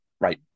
Right